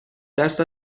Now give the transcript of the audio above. دست